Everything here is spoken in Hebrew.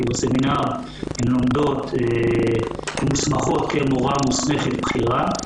בסמינר הן מוסמכות כמורה מוסמכת בכירה.